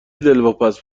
دلواپس